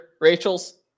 Rachel's